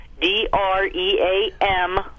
D-R-E-A-M